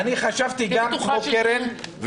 אני חשבתי גם כמו קרן,